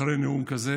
אחרי נאום כזה